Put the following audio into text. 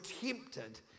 tempted